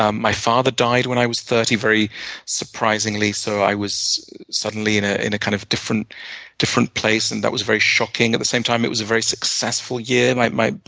um my father died when i was thirty very surprisingly, so i was suddenly in ah in a kind of different different place, and that was very shocking. at the same time, it was a very successful year. my my book,